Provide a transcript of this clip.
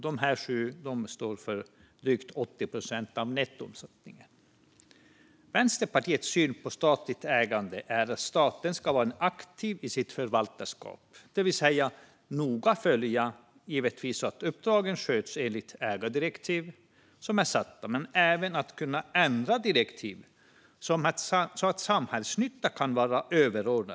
Dessa sju står för drygt 80 procent av nettoomsättningen. Vänsterpartiets syn på statligt ägande är att staten ska vara aktiv i sitt förvaltarskap, det vill säga noga följa att uppdragen sköts enligt de ägardirektiv som är satta. Men man ska även kunna ändra direktiv så att samhällsnytta kan vara överordnat.